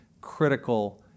critical